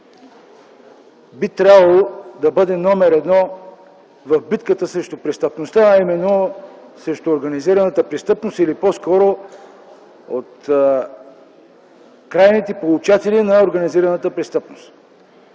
би трябвало да бъде номер едно в битката срещу престъпността, а именно срещу организираната престъпност или по скоро от крайните получатели на организираната престъпност.